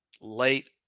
late